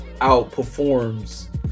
outperforms